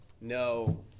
No